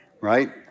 right